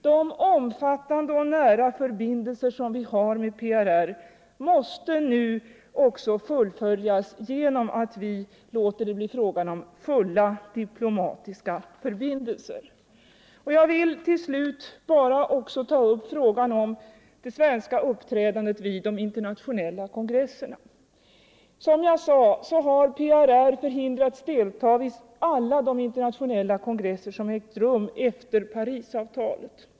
De omfattande och nära förbindelser som vi har med PRR måste nu också fullföljas genom att vi upprättar fulla diplomatiska förbindelser. Till slut vill jag ta upp frågan om det svenska uppträdandet vid de internationella kongresserna. Som jag sade har PRR förhindrats delta i alla de internationella kongresser som ägt rum efter Parisavtalet.